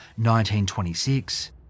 1926